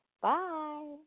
Bye